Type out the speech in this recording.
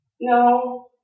no